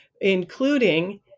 including